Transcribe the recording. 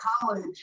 college